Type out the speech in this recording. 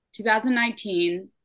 2019